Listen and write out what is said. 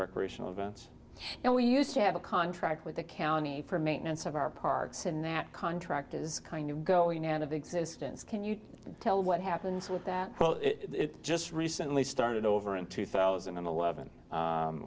recreational events and we used to have a contract with the county for maintenance of our parks and that contract is kind of go you know and of existence can you tell what happens with that well it just recently started over in two thousand and eleven